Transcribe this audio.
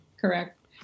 correct